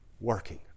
working